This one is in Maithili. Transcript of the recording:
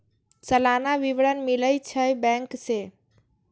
सलाना विवरण मिलै छै बैंक से?